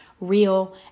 real